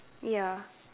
ya